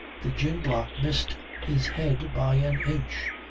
the gin-block missed his head by an inch,